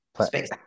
space